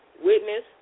witness